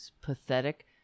pathetic